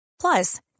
Plus